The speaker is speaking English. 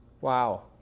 Wow